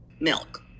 Milk